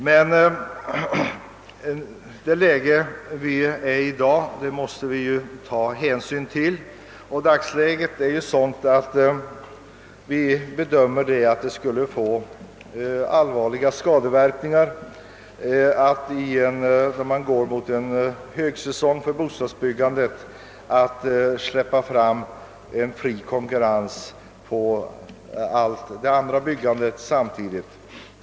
Men bedömningen måste ju göras med utgångspunkt från dagsläget, och vi anser att det nu, då vi går mot en högsäsong för bostadsbyggandet, skulle bli allvarliga skadeverkningar om allt det andra byggandet samtidigt släpptes fritt.